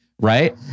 Right